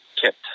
kept